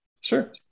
Sure